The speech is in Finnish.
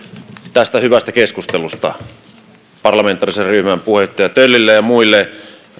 tästä hyvästä keskustelusta parlamentaarisen ryhmän puheenjohtaja töllille ja ja muille